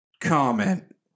comment